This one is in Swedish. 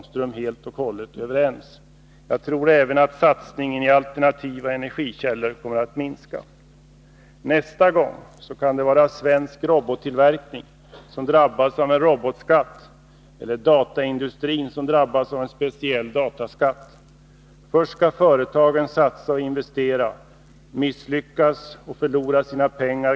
Satsningen i alternativa energikällor minskar. Nästa gång kan det vara svensk robottillverkning, som drabbas av en robotskatt eller dataindustrin som drabbas av en speciell dataskatt. Först skall företagen satsa och investera. Ganska ofta misslyckas man och förlorar sina pengar.